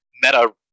meta